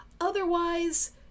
otherwise